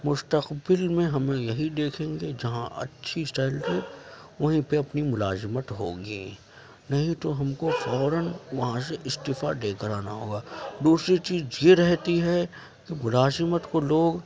مستقبل میں ہم یہی دیکھیں گے جہاں اچھی سیلری وہیں پہ اپنی ملازمت ہوگی نہیں تو ہم کو فوراً وہاں سے استعفیٰ دے کر آنا ہوگا دوسری چیز یہ رہتی ہے کہ ملازمت کو لوگ